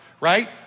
right